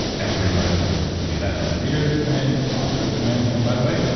everybody wins when you do that. other readers win, authors win. and by the way,